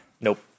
Nope